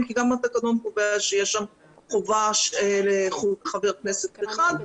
כי גם התקנון קובע שיש שם חובה לחבר כנסת אחד.